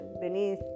beneath